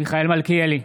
מיכאל מלכיאלי,